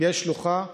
תהיה שלוחה,